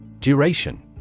Duration